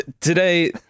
Today